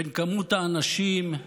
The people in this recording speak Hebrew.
בין כמות האנשים,